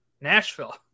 Nashville